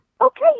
Okay